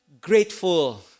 grateful